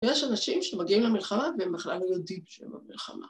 ‫ויש אנשים שמגיעים למלחמה ‫והם בכלל לא יודעים שהם במלחמה.